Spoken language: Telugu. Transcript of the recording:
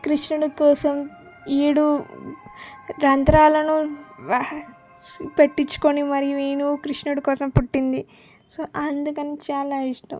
కృష్ణుడి కోసం ఏడు రంధ్రాలను పెట్టించుకొని మరియు వేణువు కృష్ణుడి కోసం పుట్టింది సో అందుకని చాలా ఇష్టం